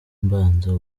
mbanza